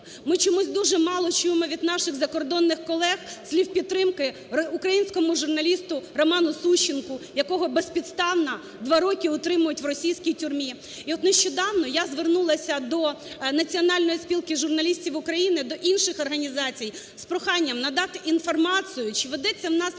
Ми чомусь дуже мало чуємо від наших закордонних колег слів підтримки українському журналісту Роману Сущенку, якого безпідставно два роки утримують в російській тюрмі. І от нещодавно я звернулася до Національної спілки журналістів України, до інших організацій, з проханням надати інформацію чи ведеться у нас моніторинг